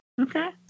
Okay